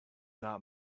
not